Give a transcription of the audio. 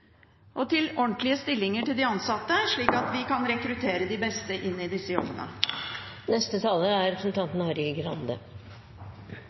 og til ordentlige stillinger til de ansatte, slik at vi kan rekruttere de beste til disse jobbene.